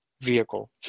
vehicle